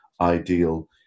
ideal